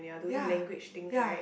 ya ya